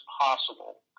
possible